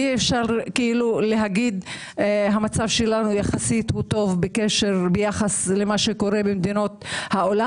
אי-אפשר להגיד שהמצב שלנו טוב יחסית ביחס למה שקורה במדינות העולם.